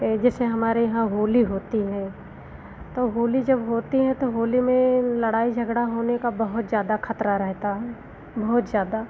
जैसे हमारे यहाँ होली होती हैं तो होली जब होती हैं तो होली में लड़ाई झगड़ा होने का बहुत ज़्यादा खतरा रहता है बहुत ज़्यादा